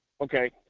Okay